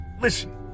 listen